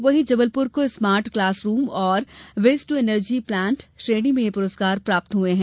वहीं जबलपुर को smart classroom और वेस्ट टू एनर्जी प्लांट श्रेणी में ये पुरस्कार प्राप्त हुए हैं